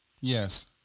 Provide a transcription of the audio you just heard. Yes